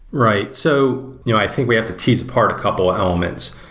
right. so you know i think we have tease apart a couple of elements.